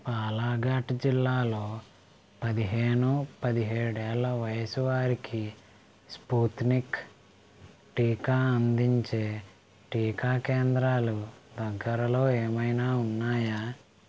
బాలాఘాట్ జిల్లాలో పదిహేను పదిహేడేళ్ళ వయసు వారికి స్పుత్నిక్ టీకా అందించే టీకా కేంద్రాలు దగ్గరలో ఏమైనా ఉన్నాయా